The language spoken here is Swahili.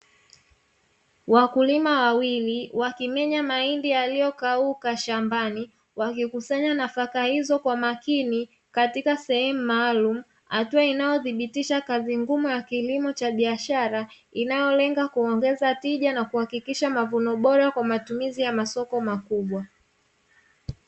Wakulima wawili wakimenya mahindi yaliyokauka shambani, wakikusanya nafaka hizo kwa makini katika sehemu maalumu hatu ainayothibitisha kazi ngumu ya kilimo cha biashara, inayolenga kuongeza tija na kuhakikisha mavuno bora kwa matumizi ya masoko makubwa.